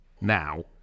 now